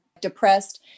depressed